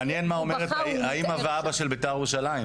מעניין מה אומרת האימא והאבא של בית"ר ירושלים.